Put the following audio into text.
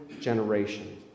generation